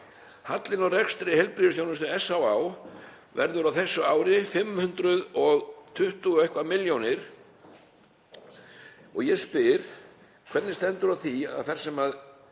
Hallinn á rekstri heilbrigðisþjónustu SÁÁ verður á þessu ári 520 og eitthvað milljónir. Ég spyr: Hvernig stendur á því, þar sem